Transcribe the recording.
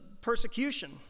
persecution